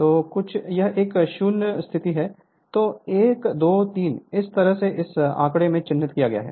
तो कुछ यह एक 0 स्थिति है तो 1 2 3 इस तरह से इस आंकड़े में चिह्नित किया गया है